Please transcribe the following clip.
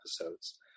episodes